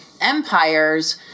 empire's